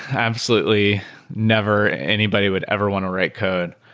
absolutely never anybody would ever want to write code.